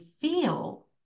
feel